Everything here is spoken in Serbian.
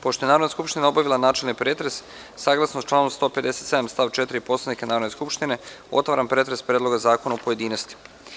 Pošto je Narodna skupština obavila načelni pretres, saglasno članu 157. stav 4. Poslovnika Narodne skupštine, otvaram pretres Predloga zakona u pojedinostima.